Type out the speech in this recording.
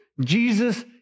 Jesus